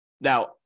Now